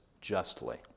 justly